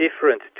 different